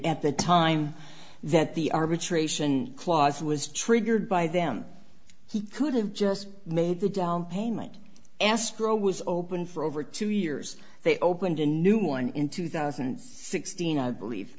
at the time that the arbitration clause was triggered by them he could have just made the downpayment astro was open for over two years they opened a new one in two thousand and sixteen i believe